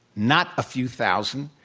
not a few thousand.